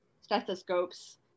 stethoscopes